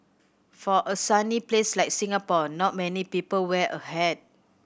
for a sunny place like Singapore not many people wear a hat